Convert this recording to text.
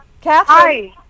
Catherine